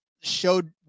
showed